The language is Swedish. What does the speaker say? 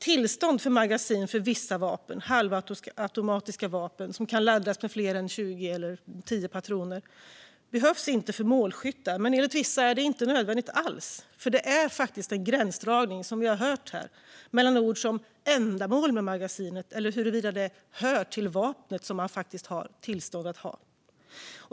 Tillstånd för magasin för halvautomatiska vapen som kan laddas med fler än 20 eller 10 patroner behövs inte för målskyttar. Men enligt vissa är det inte nödvändigt alls, för som vi har hört handlar det om en gränsdragning mellan formuleringar om ändamål med magasinet eller huruvida det hör till vapnet man har tillstånd för.